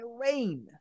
rain